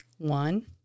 one